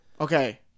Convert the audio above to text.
Okay